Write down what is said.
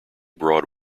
broad